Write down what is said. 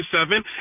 seven